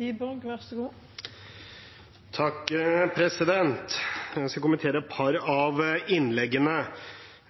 Jeg skal kommentere et par av innleggene.